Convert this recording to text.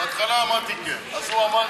בהתחלה אמרתי כן, דודי, הרי, אז הוא אמר.